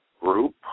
group